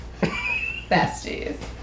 Besties